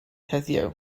heddiw